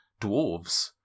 dwarves